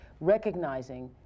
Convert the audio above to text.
recognizing